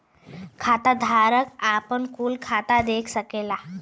खाताधारक आपन कुल खाता देख सकला